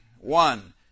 One